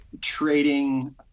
trading